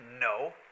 No